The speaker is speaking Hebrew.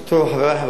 חברי חברי הכנסת,